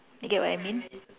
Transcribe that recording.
you get what I mean